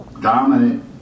dominant